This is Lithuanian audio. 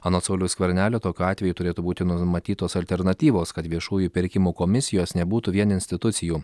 anot sauliaus skvernelio tokiu atveju turėtų būti numatytos alternatyvos kad viešųjų pirkimų komisijos nebūtų vien institucijų